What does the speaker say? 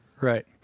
Right